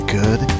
good